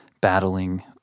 battling